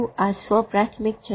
શું આ સ્વ પ્રાથમિક છે